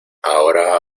ahora